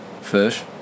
Fish